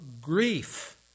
grief